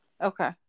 Okay